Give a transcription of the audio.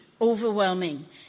overwhelming